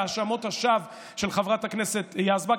בהאשמות השווא של חברת הכנסת יזבק.